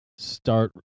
start